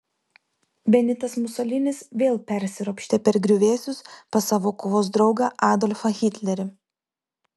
benitas musolinis vėl persiropštė per griuvėsius pas savo kovos draugą adolfą hitlerį